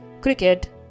cricket